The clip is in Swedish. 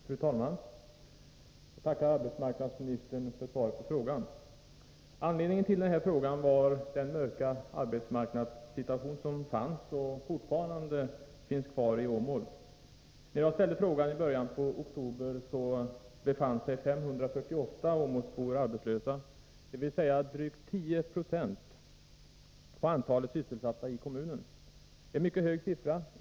Fru talman! Jag tackar arbetsmarknadsministern för svaret på frågan. Anledningen till frågan var den mörka arbetsmarknadssituation som fanns och fortfarande finns kvar i Åmål. När jag ställde frågan i början av oktober var 548 åmålsbor arbetslösa, dvs. drygt 10 96 av antalet sysselsatta i kommunen. Det är en mycket hög siffra.